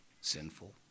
sinful